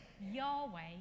Yahweh